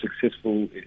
successful